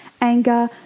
anger